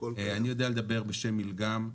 אני יודע לדבר בשם מילגם,